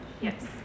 Yes